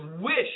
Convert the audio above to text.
wish